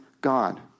God